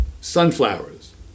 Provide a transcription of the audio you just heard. sunflowers